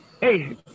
Hey